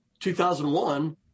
2001